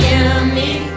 enemy